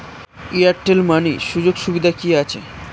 Airtel money সুযোগ সুবিধা কি আছে?